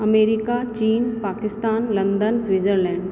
America चीन Pakistan London Switzerland